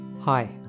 Hi